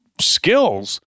skills